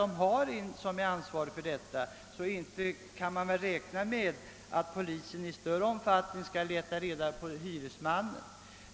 Den har en som är ansvarig, och vi kan inte räkna med att polisen i större omfattning skall leta reda på hyresmannen.